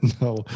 No